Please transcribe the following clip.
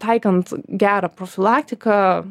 taikant gerą profilaktiką